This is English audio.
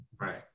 Right